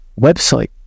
website